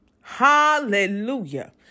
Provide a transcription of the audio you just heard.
Hallelujah